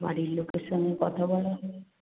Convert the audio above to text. বাড়ির লোকের সঙ্গে কথা বলো